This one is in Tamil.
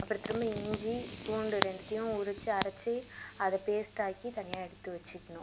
அப்றம் திரும்ப இஞ்சி பூண்டு ரெண்டுத்தையும் உரித்து அரைச்சி அதை பேஸ்ட்டாக்கி தனியாக எடுத்து வச்சுக்கணும்